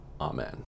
Amen